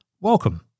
welcome